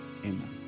Amen